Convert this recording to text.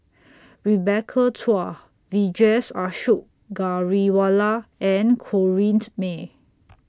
Rebecca Chua Vijesh Ashok Ghariwala and Corrinne May